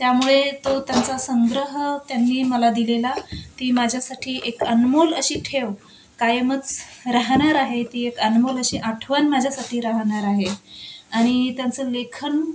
त्यामुळे तो त्यांचा संग्रह त्यांनी मला दिलेला ती माझ्यासाठी एक अनमोल अशी ठेव कायमच राहणार आहे ती एक अनमोल अशी आठवण माझ्यासाठी राहणार आहे आणि त्यांचं लेखन